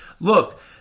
look